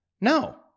No